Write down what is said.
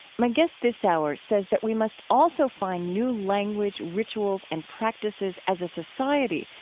my guest this hour says that we must also find new language, rituals, and practices, as a society,